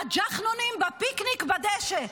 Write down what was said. הג'חנונים בפיקניק בדשא,